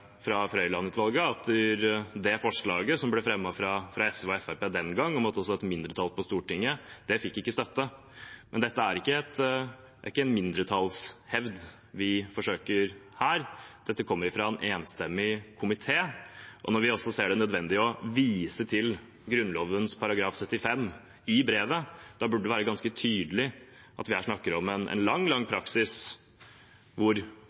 fra Frøiland-utvalget, at det forslaget som ble fremmet fra SV og Fremskrittspartiet den gang, ikke fikk støtte. Men det er ikke en mindretallshevd vi forsøker her; dette kommer fra en enstemmig komité. Når vi også ser det nødvendig å vise til Grunnloven § 75 i brevet, burde det være ganske tydelig at vi her snakker om en lang, lang